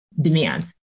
demands